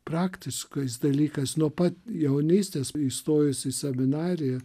praktiškas dalykas nuo pat jaunystės įstojus į seminariją